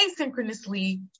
asynchronously